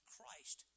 Christ